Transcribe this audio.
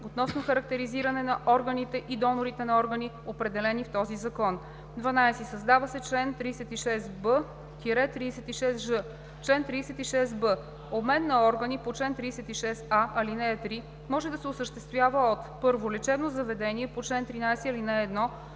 относно характеризиране на органите и донорите на органи, определени в този закон.“ 12. Създават се чл. 36б – 36ж: „Чл. 36б. Обмен на органи по чл. 36а, ал. 3 може да се осъществява от: 1. лечебно заведение по чл. 13, ал. 1,